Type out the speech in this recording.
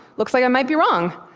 looks like i might be wrong.